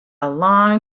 long